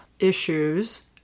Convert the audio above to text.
issues